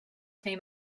fame